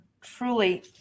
truly